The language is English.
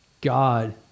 God